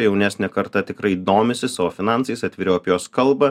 jaunesnė karta tikrai domisi savo finansais atviriau apie juos kalba